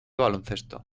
baloncesto